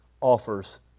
offers